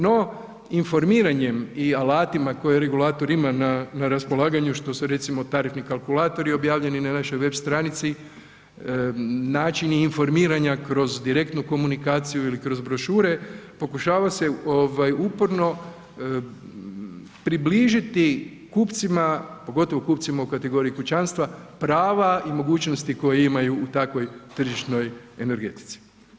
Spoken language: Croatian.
No informiranjem i alatima koje regulator ima na raspolaganju što se recimo tarifni kalkulatori objavljeni na našoj web stranici, načini informiranja kroz direktnu komunikaciju ili kroz brošure, pokušava se uporno približiti kupcima, pogotovo kupcima u kategoriji kućanstva, prava i mogućnosti koje imaju u takvoj tržišnoj energetici.